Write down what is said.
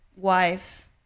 wife